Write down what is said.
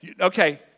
okay